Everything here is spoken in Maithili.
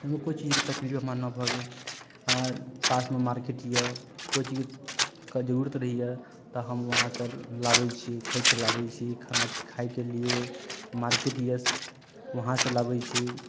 एहिमे कोइ चीजके तकलीफ हमरा नहि भऽ गेल पासमे मार्केट यऽ कोइ चीजक जरूरत रहैया तऽ हम वहाँसँ लाबैत छी खरीदके लाबैत छी खाना खायके लिए मार्केट यऽ वहाँसँ लबैत छी